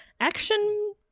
action